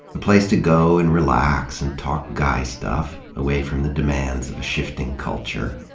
a place to go and relax and talk guy stuff, away from the demands of a shifting culture.